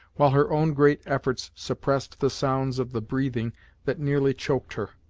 while her own great efforts suppressed the sounds of the breathing that nearly choked her.